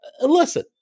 Listen